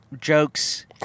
jokes